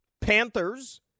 Panthers